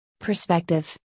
perspective